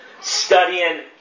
studying